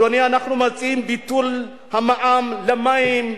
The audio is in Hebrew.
אדוני, אנחנו מציעים ביטול המע"מ על מים,